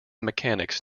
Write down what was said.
mechanics